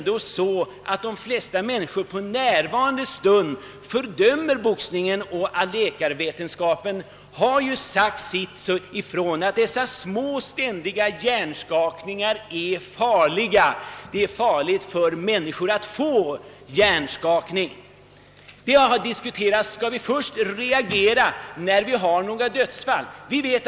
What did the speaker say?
De flesta människor fördömer i närvarande stund boxningen, och läkarvetenskapen har sagt ifrån att dessa små, ständiga hjärnskakningar är farliga. Det har diskuterats om vi skall reagera först när det ånyo inträffar ett dödsfall vid boxning.